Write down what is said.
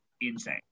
insane